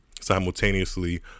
Simultaneously